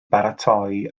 baratoi